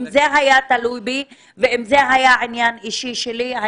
אם זה היה תלוי בי ואם זה היה עניין אישי שלי,